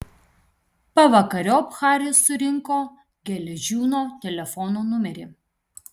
pavakariop haris surinko geležiūno telefono numerį